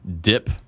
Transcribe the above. dip